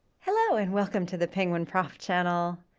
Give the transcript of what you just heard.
hello, and welcome to the penguin prof channel.